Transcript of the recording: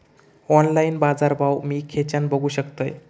Online बाजारभाव मी खेच्यान बघू शकतय?